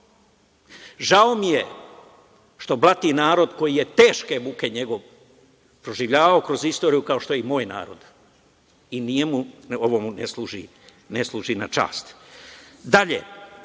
Žao mi je što blati narod njegov koji je teške muke proživljavao kroz istoriju, kao što je i moj narod i ovo mu ne služi na čast. Dalje,